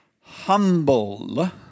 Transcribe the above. humble